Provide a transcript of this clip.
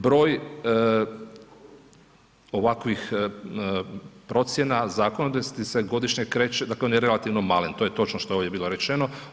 Broj ovakvih procjena zakonitosti se godišnje reče dakle, on je relativno male, to je točno što je ovdje bilo rečeno.